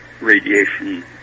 radiation